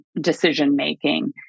decision-making